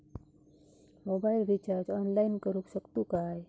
Mobile recharge online करुक शकतू काय?